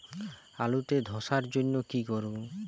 আলুতে ধসার জন্য কি করব?